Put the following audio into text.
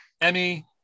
Emmy